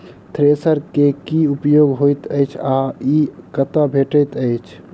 Thresher केँ की उपयोग होइत अछि आ ई कतह भेटइत अछि?